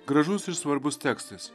gražus ir svarbus tekstas